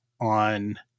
on